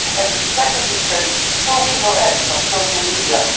every second you spend stalking your ex on social media,